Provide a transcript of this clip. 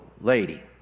lady